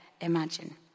imagine